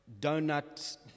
donut